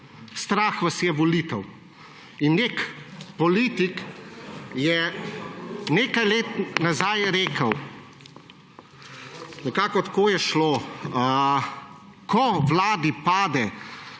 strah vas je volitev. Nek politik je nekaj let nazaj rekel, nekako takole je šlo: »Ko vladi tako